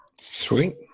Sweet